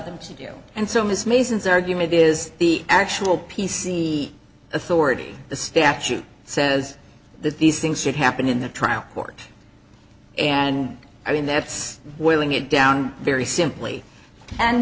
them to do and so miss maisons argument is the actual p c authority the statute says that these things should happen in the trial court and i mean that's willing it down very simply and